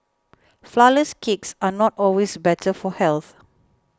Flourless Cakes are not always better for health